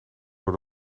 door